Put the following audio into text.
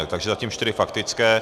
Takže zatím čtyři faktické.